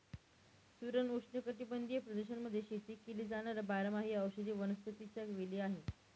सुरण उष्णकटिबंधीय प्रदेशांमध्ये शेती केली जाणार बारमाही औषधी वनस्पतीच्या वेली आहे